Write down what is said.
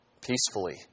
peacefully